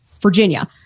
Virginia